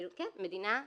מדינה,